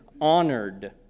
honored